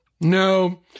no